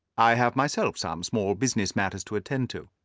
i have myself some small business matters to attend to.